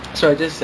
it's like